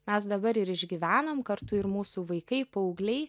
mes dabar ir išgyvenam kartu ir mūsų vaikai paaugliai